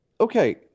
Okay